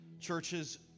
churches